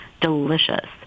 Delicious